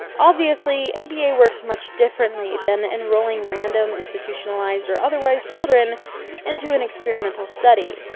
obviously, aba works much differently than enrolling random institutionalized or otherwise children into an experimental study,